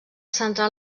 centrar